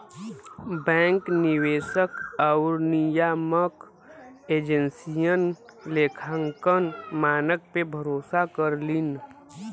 bank निवेशक आउर नियामक एजेंसियन लेखांकन मानक पे भरोसा करलीन